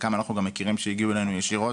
חלקן אנחנו גם מכירים שהגיעו אלינו ישירות